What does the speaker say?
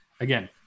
Again